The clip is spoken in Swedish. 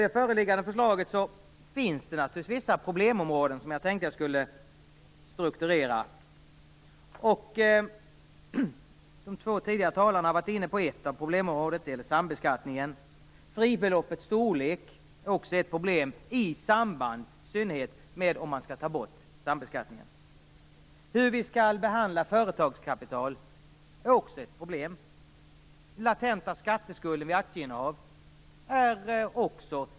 I det föreliggande förslaget finns det vissa problemområden som jag tänkte att jag skulle strukturera. De två tidigare talarna har varit inne på ett av problemen, och det gäller sambeskattningen. Ett annat problem är fribeloppets storlek i synnerhet i samband med borttagandet av sambeskattningen, om den nu skall tas bort. Hur företagskapital skall behandlas är också ett problem. Och ett verkligt problem är latenta skatteskulder vid aktieinnehav.